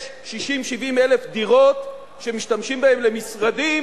יש 60,000 70,000 דירות שמשתמשים בהן למשרדים.